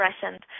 present